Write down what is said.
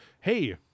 hey